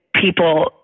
people